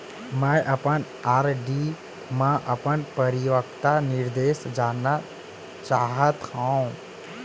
मै अपन आर.डी मा अपन परिपक्वता निर्देश जानना चाहात हव